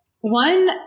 one